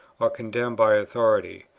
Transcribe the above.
or condemned by authority.